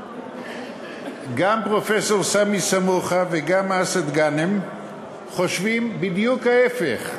גם פרופסור סמי סמוחה וגם אסעד גאנם חושבים בדיוק ההפך.